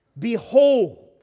Behold